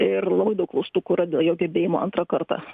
ir labai daug klaustukų yra dėl jo gebėjimų antrą kartą